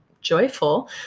joyful